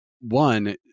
One